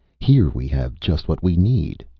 here we have just what we need,